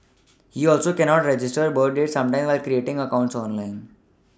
he also cannot register birth date sometimes when creating accounts online